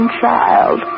child